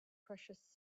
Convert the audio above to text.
precious